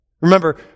remember